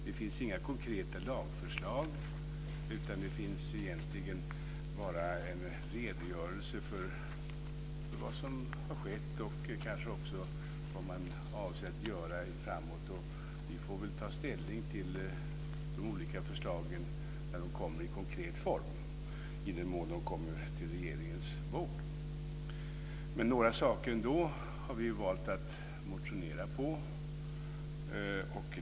Det finns inga konkreta lagförslag utan egentligen bara en redogörelse för vad som har skett och kanske också vad man avser att göra framåt i tiden. Och vi får väl ta ställning till de olika förslagen när de kommer i konkret form i den mån de kommer på riksdagens bord. Vi har ändå valt att motionera med anledning av några saker.